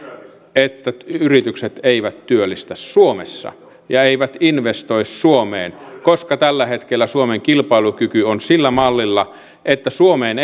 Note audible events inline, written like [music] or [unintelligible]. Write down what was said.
että yritykset eivät työllistä suomessa ja eivät investoi suomeen koska tällä hetkellä suomen kilpailukyky on sillä mallilla että suomeen [unintelligible]